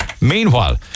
Meanwhile